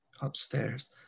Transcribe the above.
upstairs